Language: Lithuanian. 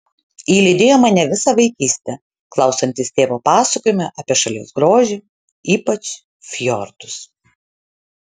ji lydėjo mane visą vaikystę klausantis tėvo pasakojimų apie šalies grožį ypač fjordus